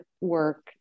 work